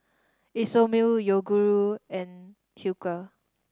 Isomil Yoguru and Hilker